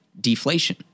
deflation